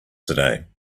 today